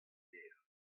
gêr